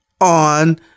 On